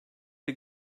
bir